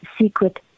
secret